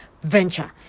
venture